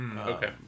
okay